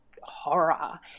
horror